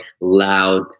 loud